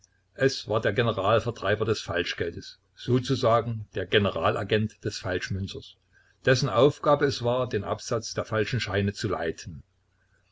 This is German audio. es war der generalvertreiber des falschgeldes sozusagen der generalagent des falschmünzers dessen aufgabe es war den absatz der falschen scheine zu leiten